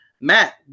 Matt